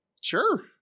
sure